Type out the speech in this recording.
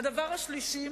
הדבר השלישי,